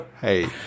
Hey